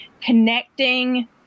connecting